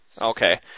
Okay